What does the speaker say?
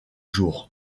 jours